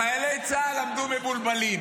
חיילי צה"ל עמדו מבולבלים.